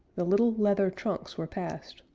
the little, leather trunks were passed,